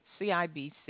CIBC